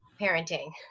parenting